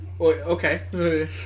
okay